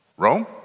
Rome